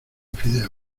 fideos